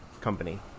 company